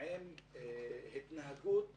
עם התנהגות כזאת,